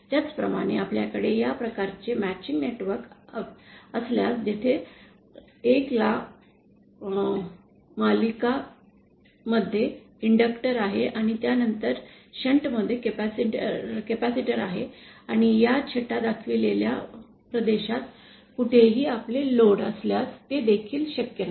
त्याचप्रकारे आपल्याकडे या प्रकारचे मॅचिंग नेटवर्क असल्यास जिथे 1 ला मालिका मध्ये इंडक्टर आहे आणि त्यानंतर शंट मध्ये कॅपेसिटर आहे आणि त्या छटा दाखवलेल्या प्रदेशात कुठेही आपले लोड असल्यास ते देखील शक्य नाही